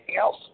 else